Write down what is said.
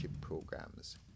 Programs